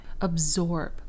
absorb